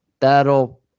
That'll